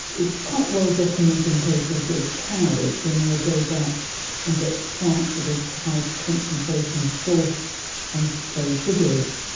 it's quite well documented in cases of cows when they'll go back and get plants that have a high concentration of salt and, say, sugars,